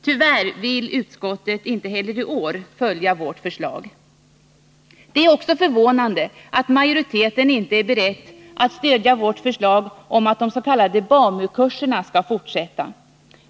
Tyvärr vill utskottet inte heller i år följa vårt förslag. Det är också förvånande att majoriteten inte är beredd att stödja vårt förslag om att de s.k. BAMU-kurserna skall fortsätta.